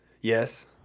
yes